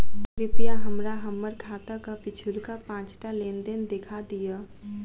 कृपया हमरा हम्मर खाताक पिछुलका पाँचटा लेन देन देखा दियऽ